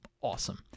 awesome